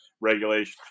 regulation